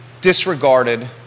disregarded